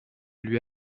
lui